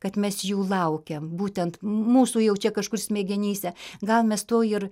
kad mes jų laukiam būtent mūsų jau čia kažkur smegenyse gal mes to ir